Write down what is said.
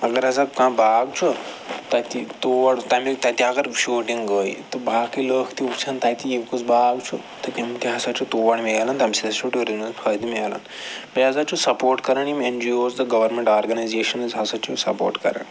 اگر ہَسا کانٛہہ باغ چھُ تَتہِ تور تَمہِ تَتہِ اگر وۄنۍ شوٗٹِنٛگ گٔے تہٕ باقٕے لُکھ تہِ وٕچھَن تَتہِ یہِ کُس باغ چھُ تہٕ تِم تہِ ہسا چھِ تور مِلان تَمہِ سۭتۍ چھُ ٹیوٗرِزَمَس فٲیدٕ مِلان بیٚیہِ ہسا چھُ سپوٹ کَران یِم اٮ۪ن جی اوز تہٕ گورمٮ۪نٛٹ آرگٕنایزیشَنٕز ہَسا چھِ یِم سَپوٹ کَران